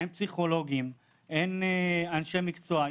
אין פסיכולוגים, אין אנשי מקצוע.